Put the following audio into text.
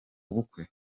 bukwe